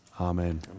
amen